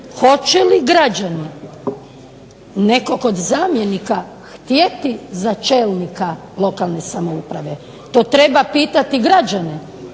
hoće li građani nekog od zamjenika htjeti za čelnika lokalne samouprave, to treba pitati građane,